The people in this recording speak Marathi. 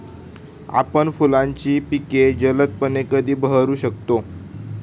आपण फुलांची पिके जलदपणे कधी बहरू शकतो?